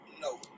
No